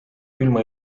külma